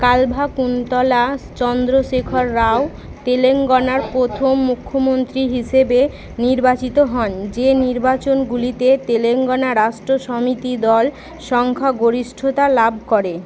কালভাকুন্তলা চন্দ্রশেখর রাও তেলেঙ্গানার প্রথম মুখ্যমন্ত্রী হিসেবে নির্বাচিত হন যে নির্বাচনগুলিতে তেলেঙ্গানা রাষ্ট্র সমিতি দল সংখ্যাগরিষ্ঠতা লাভ করে